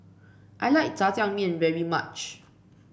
I like jajangmyeon very much